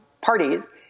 parties